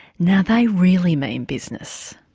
now they really mean business.